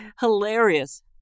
hilarious